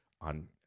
on